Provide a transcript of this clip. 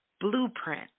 blueprint